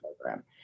program